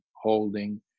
holding